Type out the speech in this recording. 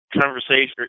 conversation